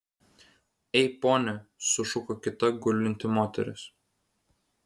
ei pone sušuko kita gulinti moteris